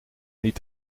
niet